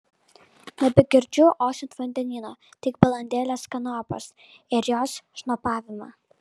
nebegirdžiu ošiant vandenyno tik balandėlės kanopas ir jos šnopavimą